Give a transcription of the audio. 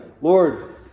Lord